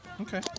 Okay